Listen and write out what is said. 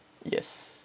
yes